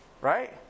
Right